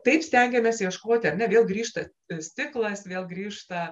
taip stengiamės ieškoti ar ne vėl grįžta ir stiklas vėl grįžta